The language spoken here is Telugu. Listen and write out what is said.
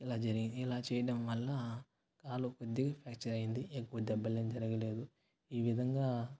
ఇలా జరిగి ఇలా చేయడం వల్ల కాలు కొద్దిగ ఫ్రాక్చర్ అయింది ఎక్కువ దెబ్బలు ఏం జరగలేదు ఈ విధంగా